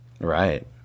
Right